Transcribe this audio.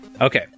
Okay